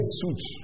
suit